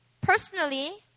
personally